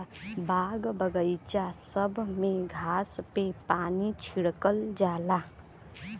बाग बगइचा सब में घास पे पानी छिड़कल जाला